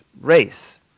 race